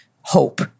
hope